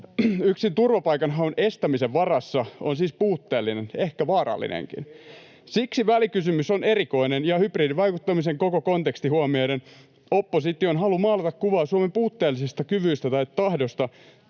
yksin turvapaikan haun estämisen varassa, on siis puutteellinen, ehkä vaarallinenkin. [Kokoomuksen ryhmästä: Keillä on semmoinen ajatus?] Siksi välikysymys on erikoinen, ja hybridivaikuttamisen koko konteksti huomioiden opposition halu maalata kuvaa Suomen puutteellisesta kyvystä tai tahdosta